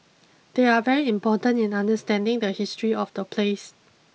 they are very important in understanding the history of the place